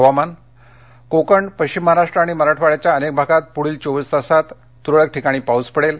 हवामान कोकण पश्चिम महाराष्ट्र आणि मराठवाड्याच्या अनेक भागात पुढील चोवीस तासात पाऊस पडेल